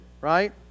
right